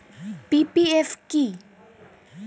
PPF কি?